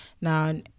Now